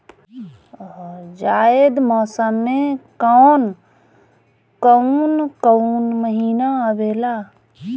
जायद मौसम में कौन कउन कउन महीना आवेला?